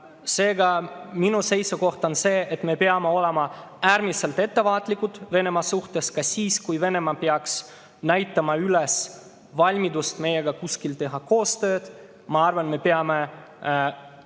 Seega, minu seisukoht on see, et me peame olema äärmiselt ettevaatlikud Venemaa suhtes – ka siis, kui Venemaa peaks näitama üles valmidust teha meiega kuskil koostööd. Ma arvan, et me peame